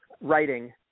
writing